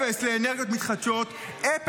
אפס לאנרגיות מתחדשות -- שקר.